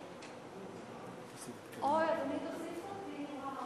(דמי לידה לעובד שבת-זוגו אינה מסוגלת לטפל בילד מחמת נכות או מחלה),